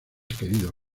querido